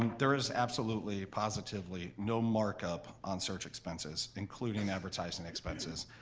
um there is absolutely positively no markup on search expenses including advertising expenses.